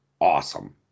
awesome